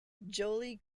joli